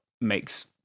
makes